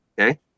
okay